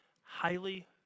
highly